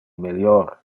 melior